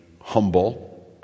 humble